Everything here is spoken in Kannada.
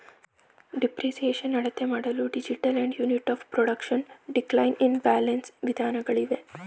ಡಿಪ್ರಿಸಿಯೇಷನ್ ಅಳತೆಮಾಡಲು digital and unit of production, decline in balance ವಿಧಾನಗಳಿವೆ